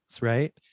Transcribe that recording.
right